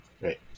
right